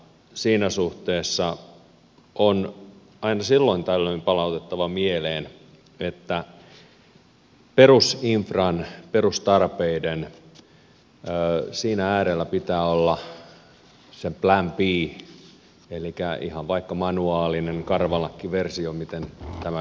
siinä suhteessa on aina silloin tällöin palautettava mieleen että perusinfran perustarpeiden äärellä pitää olla se plan b elikkä ihan vaikka manuaalinen karvalakkiversio siitä miten tämä yhteiskunta sitten poikkeustilanteessa pyörii